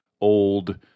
old